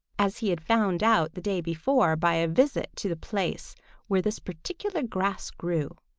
as he had found out the day before by a visit to the place where this particular grass grew.